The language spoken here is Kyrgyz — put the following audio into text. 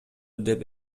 деп